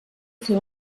fer